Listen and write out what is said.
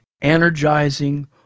energizing